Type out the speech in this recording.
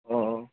ও